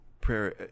prayer